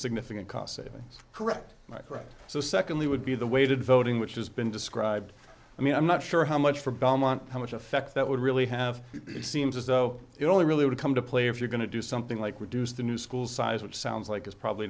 significant cost savings correct right so secondly would be the weighted voting which has been described i mean i'm not sure how much for belmont how much effect that would really have it seems as though it only really would come to play if you're going to do something like reduce the new school size which sounds like it's probably